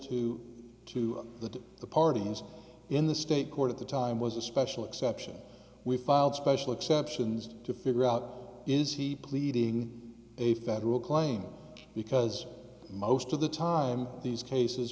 to to the parties in the state court at the time was a special exception we filed special exceptions to figure out is he pleading a federal claim because most of the time these cases